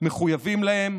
מחויבים להם,